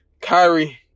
Kyrie